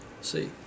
See